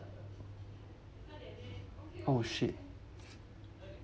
oh shit